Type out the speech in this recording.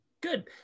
good